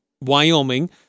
Wyoming